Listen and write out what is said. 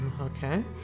Okay